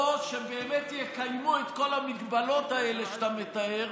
או שהם באמת יקיימו את כל ההגבלות האלה שאתה מתאר,